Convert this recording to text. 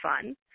fun